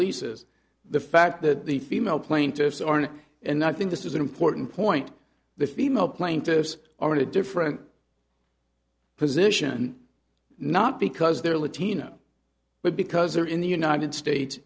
lisa's the fact that the female plaintiffs are not and i think this is an important point the female plaintiffs are in a different position not because they're latino but because they're in the united states